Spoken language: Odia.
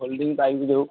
ଓଲଡ଼ିଙ୍ଗ ପାଇପ୍ ଯେଉଁ